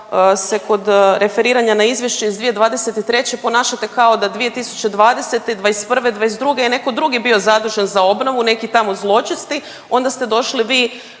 se kod referiranja na izvješće iz 2023. ponašate kao da 2020. i '21. i '22. je neko drugi bio zadužen za obnovu, neki tamo zločesti, onda ste došli vi